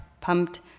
pumped